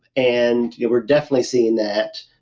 and we're definitely seeing that.